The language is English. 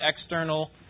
external